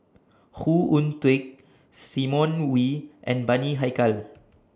Khoo Oon Teik Simon Wee and Bani Haykal